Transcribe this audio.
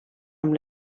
amb